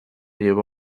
llevó